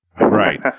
Right